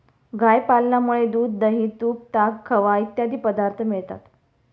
गाय पालनामुळे दूध, दही, तूप, ताक, खवा इत्यादी पदार्थ मिळतात